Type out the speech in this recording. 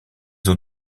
eaux